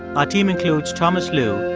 our team includes thomas lu,